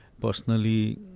personally